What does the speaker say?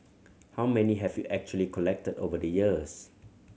how many have you actually collected over the years